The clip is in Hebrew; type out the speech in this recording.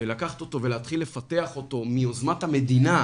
ולפתח אותו ביוזמת המדינה,